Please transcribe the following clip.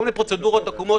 פרוצדורות עקומות